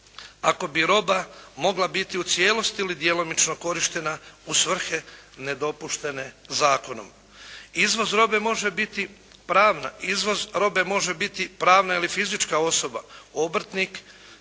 ako bi roba mogla biti u cijelosti ili djelomično korištena u svrhe nedopuštene zakonom. Izvoz robe može biti pravna ili fizička osoba, obrtnik